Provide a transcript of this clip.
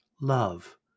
love